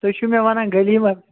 تُہی چھِو مےٚ ونان گلی منٛز